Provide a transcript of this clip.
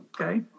Okay